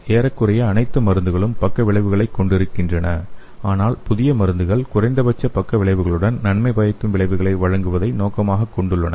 ஏறக்குறைய அனைத்து மருந்துகளும் பக்க விளைவுகளைக் கொண்டிருக்கின்றன ஆனால் புதிய மருந்துகள் குறைந்தபட்ச பக்க விளைவுகளுடன் நன்மை பயக்கும் விளைவுகளை வழங்குவதை நோக்கமாகக் கொண்டுள்ளன